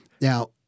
Now